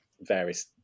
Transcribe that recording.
various